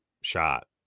shot